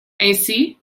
ainsi